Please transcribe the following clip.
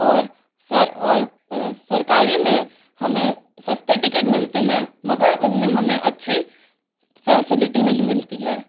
और सरकारी में हमें सस्ते टिकट मिलते हैं मगर उनमें हमें अच्छी फसिलिटी नहीं मिलती है